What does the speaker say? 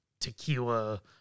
tequila